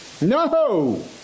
No